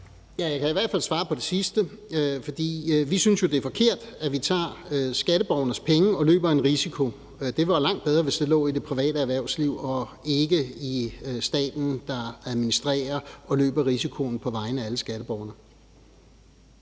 Jeg kan i hvert fald svare på det sidste. Vi synes jo, det er forkert, at vi tager skatteborgernes penge og løber en risiko. Det var langt bedre, hvis det lå i det private erhvervsliv og ikke i staten, der administrerer og løber risikoen på vegne af alle skatteborgerne.